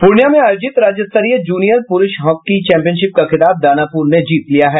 पूर्णियां में आयोजित राज्यस्तरीय जूनियर पुषरू हॉकी चैंपियनशिप का खिताब दानापुर ने जीता है